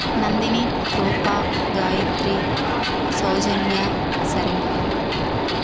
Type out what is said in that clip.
Nandini Roopa Gayatri Soujanya Saranya